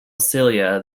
celia